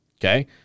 Okay